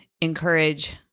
encourage